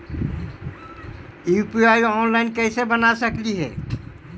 UPI online कैसे बना सकली हे?